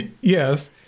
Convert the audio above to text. Yes